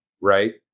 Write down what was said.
Right